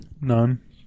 none